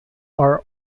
are